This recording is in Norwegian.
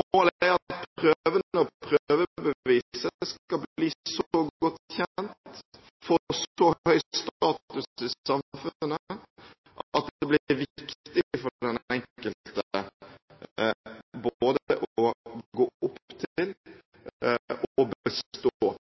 Målet er at prøvene og prøvebeviset skal bli så godt kjent og få så høy status i samfunnet at det blir viktig for den enkelte både å gå opp til og å bestå